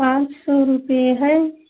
पाँच सौ रुपये है